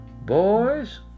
Boys